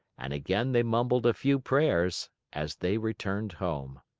and again they mumbled a few prayers, as they returned home.